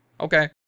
Okay